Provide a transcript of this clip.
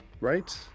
Right